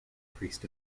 priest